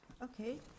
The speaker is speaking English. Okay